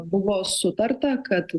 buvo sutarta kad